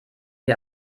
wir